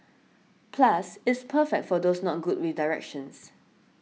plus it's perfect for those not good with directions